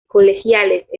colegiales